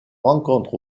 rencontre